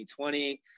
2020